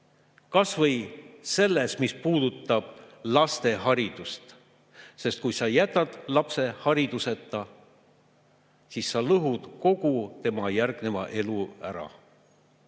kas või selles, mis puudutab laste haridust. Sest kui sa jätad lapse hariduseta, siis sa lõhud kogu tema järgneva elu ära.